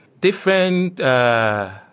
different